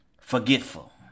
forgetful